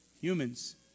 Humans